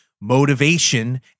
motivation